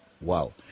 Wow